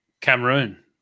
cameroon